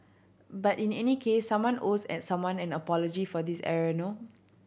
but in any case someone owes an someone in apology for this error no